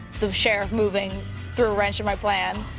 the sheriff moving threw a wrench in my plan,